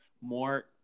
more